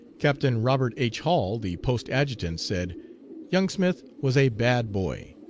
captain robert h. hall, the post adjutant, said young smith was a bad boy